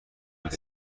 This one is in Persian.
بود